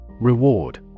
Reward